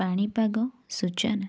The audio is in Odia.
ପାଣିପାଗ ସୂଚନା